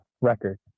record